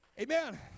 Amen